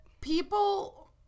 People